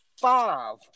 five